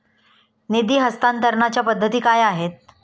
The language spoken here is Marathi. निधी हस्तांतरणाच्या पद्धती काय आहेत?